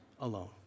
alone